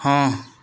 ହଁ